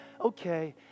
Okay